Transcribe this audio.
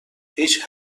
هیچ